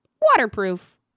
waterproof